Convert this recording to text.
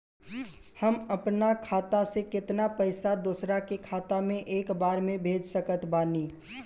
हम अपना खाता से केतना पैसा दोसरा के खाता मे एक बार मे भेज सकत बानी?